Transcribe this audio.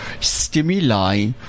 stimuli